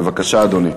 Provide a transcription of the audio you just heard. בבקשה, אדוני.